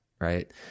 right